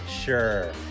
Sure